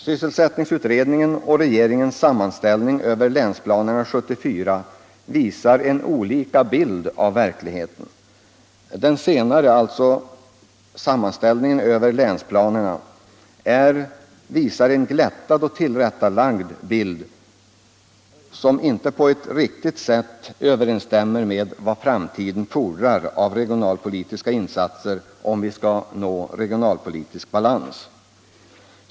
Sysselsättningsutredningen jämförd med regeringens sammanställning över länsplanerna för år 1974 ger olika bild av verkligheten. Sammanställningen över länsplanerna visar en glättad och tillrättalagd bild, som inte på ett riktigt sätt överensstämmer med vad framtiden fordrar beträffande regionalpolitiska insatser om vi skall nå en regionalpolitisk balans.